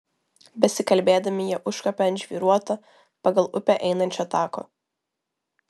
besikalbėdami jie užkopė ant žvyruoto pagal upę einančio tako